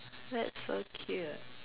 that's so cute